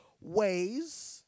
ways